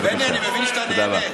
בני, אני מבין שאתה נהנה.